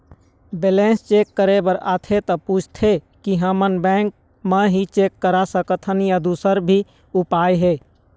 Balance check करे बर आथे ता पूछथें की हमन बैंक मा ही चेक करा सकथन या दुसर भी उपाय हे?